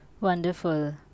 Wonderful